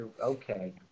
okay